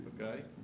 Okay